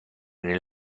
nel